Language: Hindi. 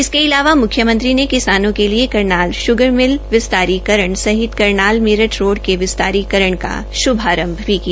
इसके अलावा मुख्यमंत्री ने किसानों के लिए करनाल शुगरमिल विस्तारीकरण सहित करनाल मेरठ रोड़ के विस्तारीकरण का श्भारंभ किया